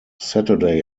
saturday